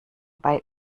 bei